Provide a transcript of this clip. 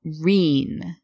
Reen